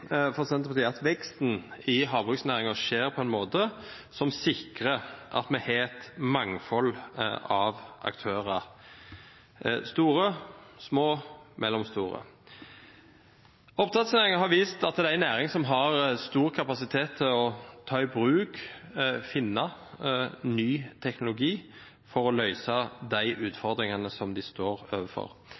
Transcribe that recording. for Senterpartiet at veksten i havbruksnæringen skjer på en måte som sikrer at vi har et mangfold av aktører – store, små, mellomstore. Oppdrettsnæringen har vist at det er en næring som har stor kapasitet til å finne og ta i bruk ny teknologi for å løse de utfordringene som den står overfor.